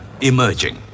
emerging